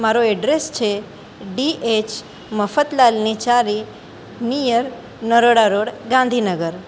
મારું એડ્રેસ છે D H મફતલાલની ચાલી નિયર નરોડા રોડ ગાંધીનગર